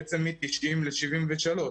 בעצם מ-90 ל-73.